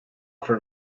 for